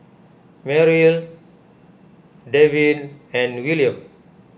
Merrill Devin and Willam